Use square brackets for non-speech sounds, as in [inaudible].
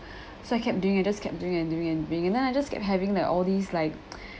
so I kept doing it just kept doing and doing and doing and then I just kept having like all these like [noise]